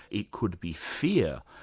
it could be fear.